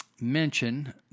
mention